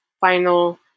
final